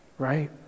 right